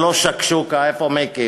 זה לא שקשוקה, איפה מיקי?